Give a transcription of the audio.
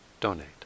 donate